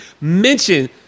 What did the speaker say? Mention